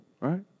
right